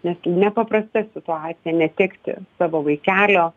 nes nepaprasta situacija netekti savo vaikelio